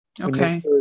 Okay